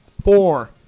four